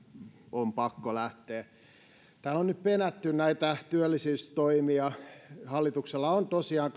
on pakko lähteä täällä on nyt penätty näitä työllisyystoimia hallituksella on tosiaan